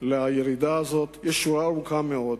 לירידה הזאת, יש שורה ארוכה מאוד,